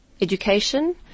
education